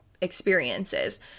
experiences